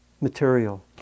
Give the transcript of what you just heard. material